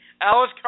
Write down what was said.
Alice